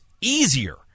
easier